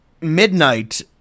Midnight